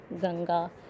Ganga